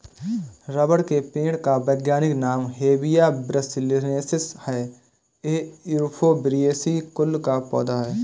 rubber के पेड़ का वैज्ञानिक नाम हेविया ब्रासिलिनेसिस है ये युफोर्बिएसी कुल का पौधा है